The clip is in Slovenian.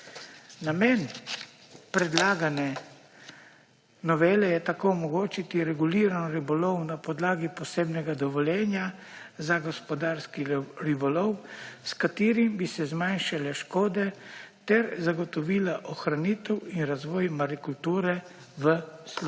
Namen predlagane novele je tako omogočiti reguliran ribolov na podlagi posebnega dovoljenja za gospodarski ribolov, s katerim bi se zmanjšale škode ter zagotovila ohranitev in razvoj marikulture v slovenskem